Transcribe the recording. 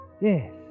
Yes